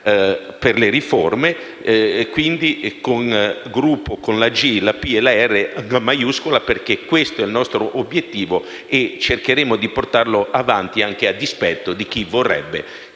per le riforme e quindi un Gruppo con la «G» la «P» e la «R» maiuscole, perché questo è il nostro obbiettivo e cercheremo di portarlo avanti, anche a dispetto di chi vorrebbe